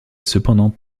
cependant